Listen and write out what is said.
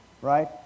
right